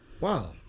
wow